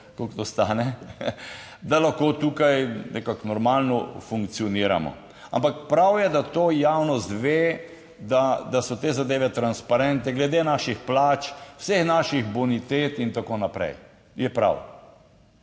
Da lahko tukaj nekako normalno funkcioniramo. Ampak prav je, da to javnost ve, da so te zadeve transparentne glede naših plač, vseh naših bonitet in tako naprej, je prav.